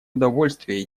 удовольствие